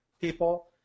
people